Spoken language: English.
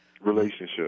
relationship